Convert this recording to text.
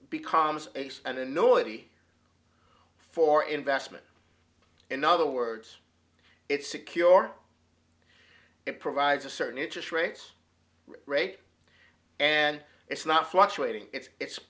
becomes and a noisy for investment in other words it's secure it provides a certain interest rates rate and it's not fluctuating it's it's